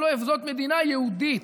הלוא זאת מדינה יהודית,